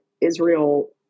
Israel